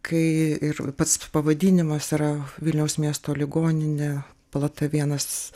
kai ir pats pavadinimas yra vilniaus miesto ligoninė palata vienas